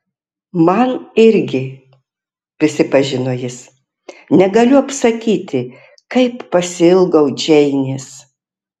man irgi prisipažino jis negaliu apsakyti kaip pasiilgau džeinės